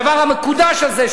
לדבר המקודש הזה,